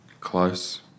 close